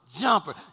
jumper